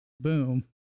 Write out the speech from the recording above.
boom